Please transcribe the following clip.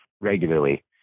regularly